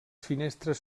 finestres